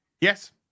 Yes